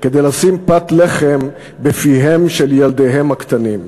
כדי לשים פת לחם בפיהם של ילדיהם הקטנים.